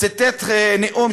ציטט את נאום